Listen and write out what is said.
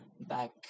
back